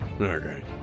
Okay